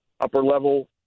upper-level